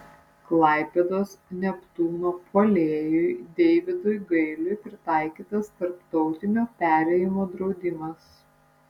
klaipėdos neptūno puolėjui deividui gailiui pritaikytas tarptautinio perėjimo draudimas